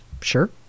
sure